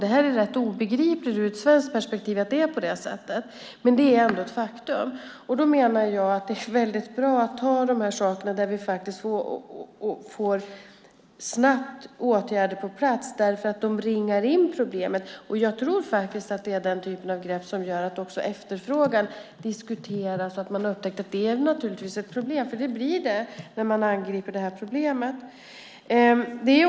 Det är rätt obegripligt ur ett svenskt perspektiv att det är på det sättet, men det är ett faktum. Då menar jag att det är väldigt bra att ta de saker där vi faktiskt snabbt får åtgärder på plats, därför att de ringar in problemen. Jag tror faktiskt att det är den typen av grepp som gör att också efterfrågan diskuteras. Man har upptäckt att det naturligtvis är ett problem, för det blir det när man angriper det här problemet.